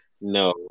no